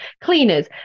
cleaners